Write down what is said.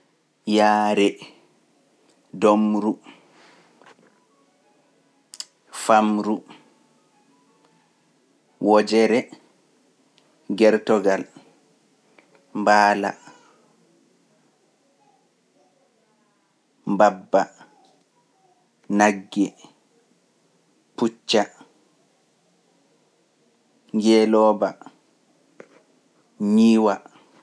Yaare, domru, famru, wojere, gertogal, mbaala, mbabba, nagge, pucca, ngeelooba, njiiwa.